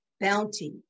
bounty